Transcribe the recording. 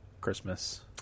Christmas